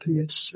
yes